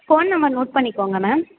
phone number note பண்ணிக்கோங்க ma'am